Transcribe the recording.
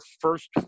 first